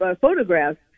photographs